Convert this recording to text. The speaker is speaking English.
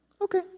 Okay